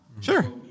Sure